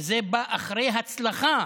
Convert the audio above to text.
וזה בא אחרי הצלחה